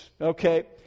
okay